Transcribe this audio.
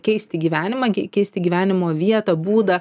keisti gyvenimą k keisti gyvenimo vietą būdą